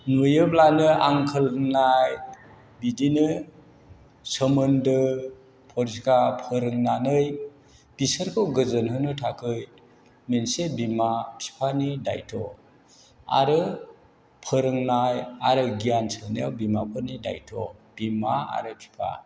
नुयोब्लानो आंकोल होननाय बिदिनो सोमोन्दो फोरोंनानै बिसोरखौ गोजोन होनो थाखै मोनसे बिमा बिफानि दायथ' आरो फोरोंनाय आरो गियान सोनाया बिमाफोरनि दायथ' बिमा आरो बिफा